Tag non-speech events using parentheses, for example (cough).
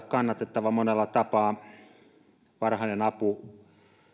(unintelligible) kannatettava monella tapaa varhainen apu